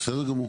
בסדר גמור.